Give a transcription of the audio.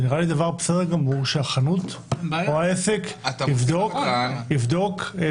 נראה לי בסדר גמור שהעסק יבדוק בעצמו